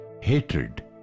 hatred